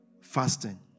Fasting